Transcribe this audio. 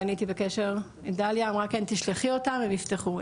ואי הייתי בקשר עם דליה אמרה כן תשלחי אותם הם יפתחו.